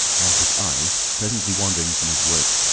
and his eye, presently wandering from his work,